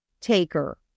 taker